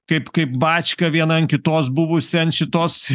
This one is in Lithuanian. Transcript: kaip kaip bačką viena ant kitos buvusi ant šitos